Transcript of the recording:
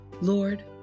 Lord